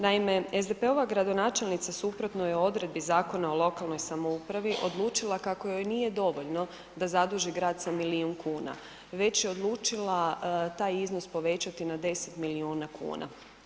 Naime, SDP-ova gradonačelnica suprotno je odredbi Zakona o lokalnoj samoupravi odlučila kako joj nije dovoljno da zaduži grad sa milijun kuna, već je odlučila taj iznos povećati na 10 milijuna kuna.